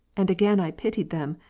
and again i pitied them,